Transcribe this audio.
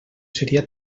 seria